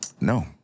No